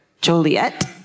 Joliet